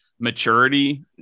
maturity